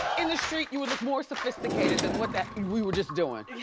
in the street you would look more sophisticated than what we were just doing.